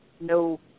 no